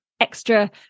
extra